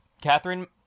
Catherine